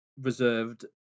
reserved